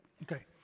Okay